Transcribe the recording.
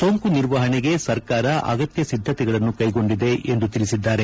ಸೋಂಕು ನಿರ್ವಹಣೆಗೆ ಸರ್ಕಾರ ಅಗತ್ಯ ಸಿದ್ದತೆಗಳನ್ನು ಕೈಗೊಂಡಿದೆ ಎಂದು ತಿಳಿಸಿದ್ದಾರೆ